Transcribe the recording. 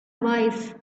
wife